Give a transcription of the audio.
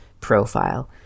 profile